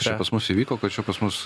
čia pas mus įvyko kad čia pas mus